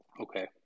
Okay